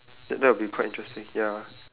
tha~ that will be quite interesting ya